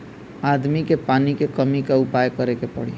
आदमी के पानी के कमी क उपाय करे के पड़ी